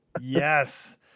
yes